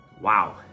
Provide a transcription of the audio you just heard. Wow